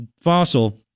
fossil